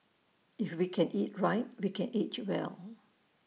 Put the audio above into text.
if we can eat right we can age well